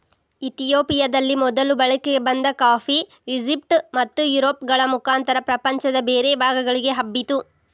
ಇತಿಯೋಪಿಯದಲ್ಲಿ ಮೊದಲು ಬಳಕೆಗೆ ಬಂದ ಕಾಫಿ, ಈಜಿಪ್ಟ್ ಮತ್ತುಯುರೋಪ್ಗಳ ಮುಖಾಂತರ ಪ್ರಪಂಚದ ಬೇರೆ ಭಾಗಗಳಿಗೆ ಹಬ್ಬಿತು